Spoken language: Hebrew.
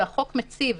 שהחוק מציב,